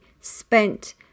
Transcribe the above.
spent